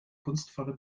kunstvolle